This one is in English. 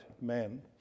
men